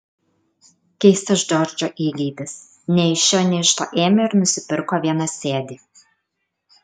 keistas džordžo įgeidis nei iš šio nei iš to ėmė ir nusipirko vienasėdį